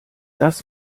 das